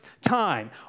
time